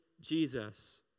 Jesus